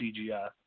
CGI